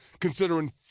considering